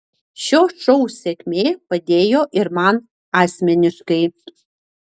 šio šou sėkmė padėjo ir man asmeniškai